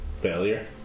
failure